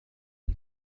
دمي